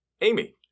Amy